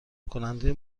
کننده